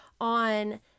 on